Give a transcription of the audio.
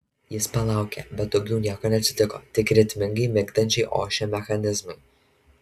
jis palaukė bet daugiau nieko neatsitiko tik ritmingai migdančiai ošė mechanizmai